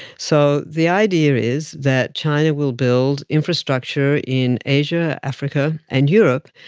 so the idea is that china will build infrastructure in asia, africa and europe,